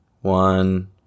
one